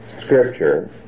Scripture